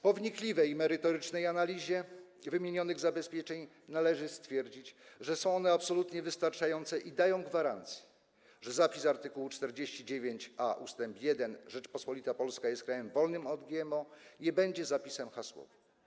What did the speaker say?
Po wnikliwej i merytorycznej analizie wymienionych zabezpieczeń należy stwierdzić, że są one absolutnie wystarczające i dają gwarancję, że zapis art. 49a ust. 1 - Rzeczpospolita Polska jest krajem wolnym od GMO - nie będzie zapisem hasłowym.